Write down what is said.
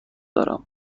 دارم